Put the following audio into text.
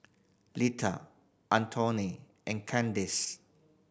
Leta Antone and Kandace